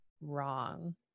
wrong